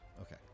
okay